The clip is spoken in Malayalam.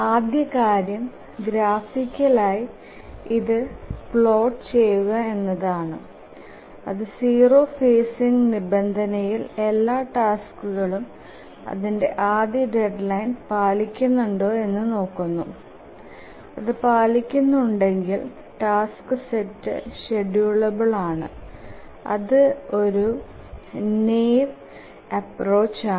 ആദ്യം കാര്യം ഗ്രാഫിക്കൽ ആയി ഇത് പ്ലോട്ട് ചെയുക എന്നത് ആണ് അതു 0 ഫേസിങ്ഇൽ നിബന്ധനയിൽ എല്ലാ ടാസ്കുകളും അതിന്ടെ ആദ്യ ഡെഡ്ലൈൻ പാലിക്കുന്നുണ്ടോ എന്നു നോക്കുന്നു അതു പാലിക്കുന്നുണ്ടെകിൽ ടാസ്ക് സെറ്റ് ഷ്ഡ്യൂളബിൽ ആണ് അതു ഒരു നൈവ് അപ്പ്രോച് ആണ്